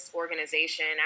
organization